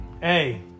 hey